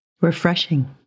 Refreshing